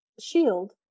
shield